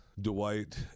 Dwight